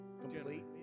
Complete